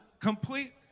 complete